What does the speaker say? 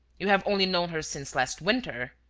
you have only known her since last winter.